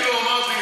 מה אתה רוצה?